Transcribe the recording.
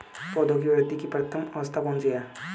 पौधों की वृद्धि की प्रथम अवस्था कौन सी है?